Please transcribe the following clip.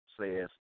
says